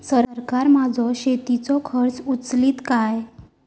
सरकार माझो शेतीचो खर्च उचलीत काय?